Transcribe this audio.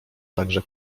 także